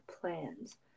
plans